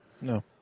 no